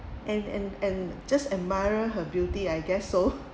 and and and just admire her beauty I guess so